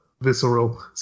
Visceral